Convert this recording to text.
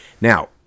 Now